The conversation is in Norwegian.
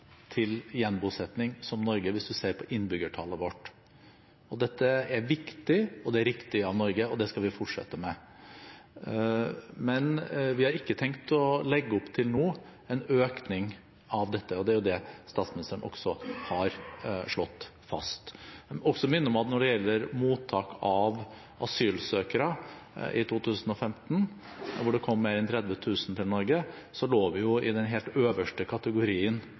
til gjenbosetting som Norge, hvis man ser på innbyggertallet vårt. Dette er viktig, det er riktig av Norge, og det skal vi fortsette med. Men vi har ikke nå tenkt å legge opp til en økning av dette, og det er jo det statsministeren også har slått fast. Jeg vil også minne om at når det gjelder mottak av asylsøkere i 2015, hvor det kom mer enn 30 000 til Norge, lå vi i den helt øverste kategorien